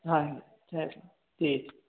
हा है ठीकु